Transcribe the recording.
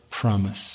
promise